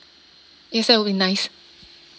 yes that would be nice